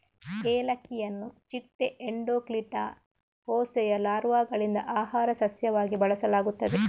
ಏಲಕ್ಕಿಯನ್ನು ಚಿಟ್ಟೆ ಎಂಡೋಕ್ಲಿಟಾ ಹೋಸೆಯ ಲಾರ್ವಾಗಳಿಂದ ಆಹಾರ ಸಸ್ಯವಾಗಿ ಬಳಸಲಾಗುತ್ತದೆ